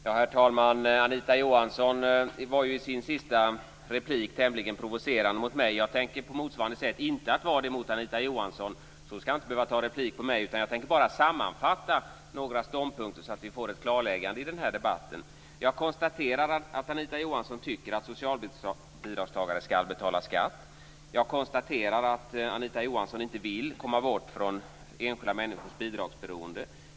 Herr talman! Anita Johansson var i sin sista replik tämligen provocerande mot mig. Jag tänker inte på motsvarande sätt vara det mot Anita Johansson, så hon skall inte behöva begära replik på mig. Jag tänker bara sammanfatta några ståndpunkter, så att vi får ett klarläggande i den här debatten. Jag konstaterar att Anita Johansson tycker att socialbidragstagare skall betala skatt. Jag konstaterar att Anita Johansson inte vill komma bort från enskilda människors bidragsberoende.